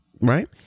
Right